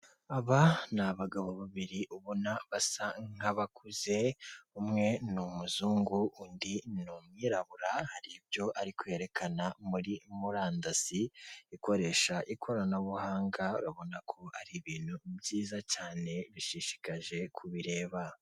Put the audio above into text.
Aba ni abagabo babiri ubona basa nk'abakuze, umwe ni umuzungu, undi ni umwirabura, hari ibyo ari yerekana muri murandasi, ikoresha ikoranabuhanga ubona ko ari ibintu byiza cyane bishishikaje ku bireba.